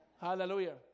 Hallelujah